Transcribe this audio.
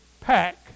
pack